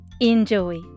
Enjoy